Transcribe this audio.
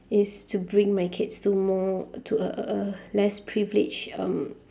is to bring my kids to more to a a a less privileged um